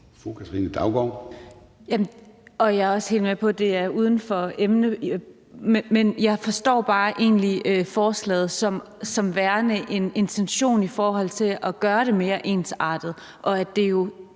Katrine Daugaard (LA): Jeg er også helt med på, at det er uden for emnet, men jeg forstår egentlig bare forslaget som værende en intention om at gøre det mere ensartet, og at det jo